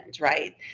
right